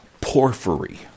porphyry